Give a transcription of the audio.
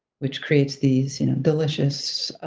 which creates these delicious